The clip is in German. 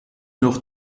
noch